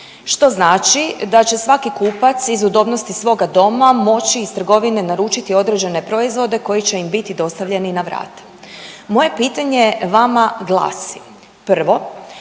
što znači da će svaki kupac iz udobnosti svoga doma moći iz trgovine naručiti određene proizvode koji će im biti dostavljeni na vrata. Moje pitanje vama glasi. Prvo,